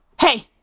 Hey